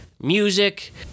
music